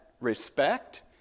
respect